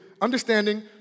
Understanding